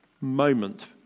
moment